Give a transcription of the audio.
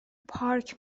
پارک